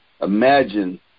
Imagine